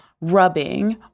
rubbing